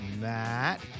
Matt